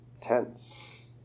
tense